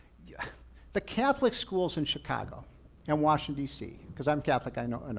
yeah the catholic schools in chicago and washington dc, because i'm catholic, i know. and